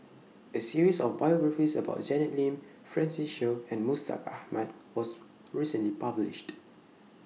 A series of biographies about Janet Lim Francis Seow and Mustaq Ahmad was recently published